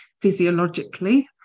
physiologically